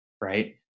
Right